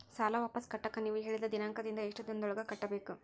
ಸಾಲ ವಾಪಸ್ ಕಟ್ಟಕ ನೇವು ಹೇಳಿದ ದಿನಾಂಕದಿಂದ ಎಷ್ಟು ದಿನದೊಳಗ ಕಟ್ಟಬೇಕು?